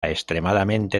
extremadamente